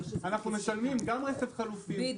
אנחנו משלמים גם רכב חלופי,